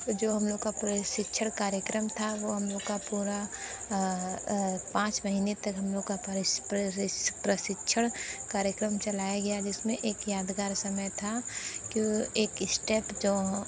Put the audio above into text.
वो जो हम लोग का प्रशिक्षण कार्यक्रम था वो हम लोग का पूरा पाँच महीने तक हम लोग का परिस प्ररिस प्रशिक्षण कार्यक्रम चलाया गया जिसमें एक यादगार समय था कि एक इष्टेप जो